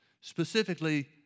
Specifically